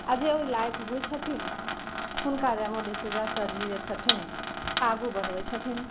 आओर जे ओइ लायक होइ छथिन हुनका रेमो डिसूजा सरजी जे छथिन आगू बढ़बै छथिन